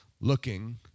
looking